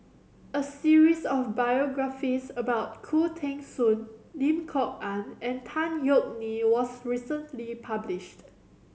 a series of biographies about Khoo Teng Soon Lim Kok Ann and Tan Yeok Nee was recently published